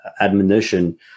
admonition